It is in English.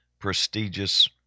prestigious